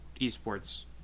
eSports